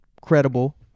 credible